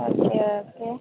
okay okay